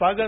स्वागत